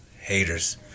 haters